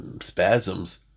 spasms